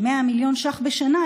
של 100 מיליון ש"ח בשנה,